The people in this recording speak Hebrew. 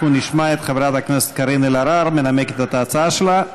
אנחנו נשמע את חברת הכנסת קארין אלהרר מנמקת את ההצעה שלה,